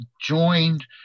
joined